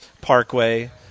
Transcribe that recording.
Parkway